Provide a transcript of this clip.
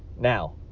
Now